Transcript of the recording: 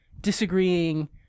disagreeing